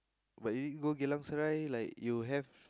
but you can go Geylang Serai like you have